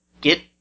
get